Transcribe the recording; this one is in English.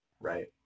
Right